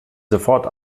sofort